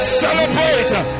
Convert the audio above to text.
celebrate